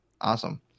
Awesome